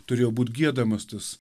turėjo būt giedamas tas